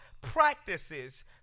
practices